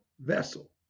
vessel